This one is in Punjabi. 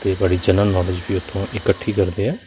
ਅਤੇ ਬੜੀ ਜਨਰਲ ਨੌਲੇਜ ਵੀ ਉਥੋਂ ਇਕੱਠੀ ਕਰਦੇ ਹੈ